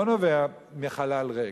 זה לא נובע מחלל ריק.